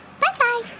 Bye-bye